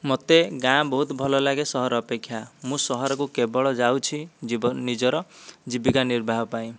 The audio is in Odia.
ମୋତେ ଗାଁ ବହୁତ ଭଲ ଲାଗେ ସହର ଅପେକ୍ଷା ମୁଁ ସହରକୁ କେବଳ ଯାଉଛି ଜୀବନ ନିଜର ଜୀବିକା ନିର୍ବାହ ପାଇଁ